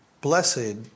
Blessed